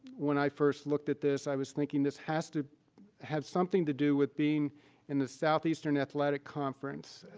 when i first looked at this, i was thinking this has to have something to do with being in the southeastern athletic conference,